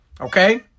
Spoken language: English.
Okay